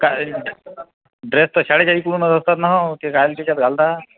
काय ड्रेस तर शाळेच्या इकडूनच असतात ना हो ते लाल टीशर्ट घालता